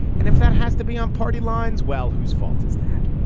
and if that has to be on party lines, well, whose fault is that?